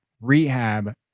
rehab